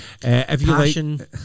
Passion